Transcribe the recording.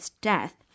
death